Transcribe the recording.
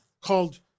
called